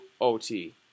OT